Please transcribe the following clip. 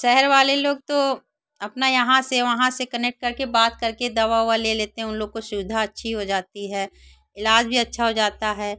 शहर वाले लोग तो अपना यहाँ से वहाँ से कनेक्ट करके बात करके दवा ववा ले लेते हैं उन लोग को सुविधा अच्छी हो जाती है इलाज भी अच्छा हो जाता है